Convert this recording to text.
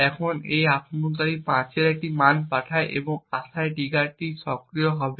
এখন যখন আক্রমণকারী 5 এর একটি মান পাঠায় এই আশায় যে ট্রিগারটি সক্রিয় হবে